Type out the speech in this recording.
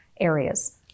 areas